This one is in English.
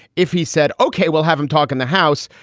if he said, ok, well, haven't talked in the house,